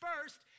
first